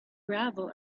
gravel